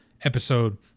episode